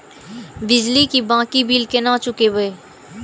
बिजली की बाकी बील केना चूकेबे?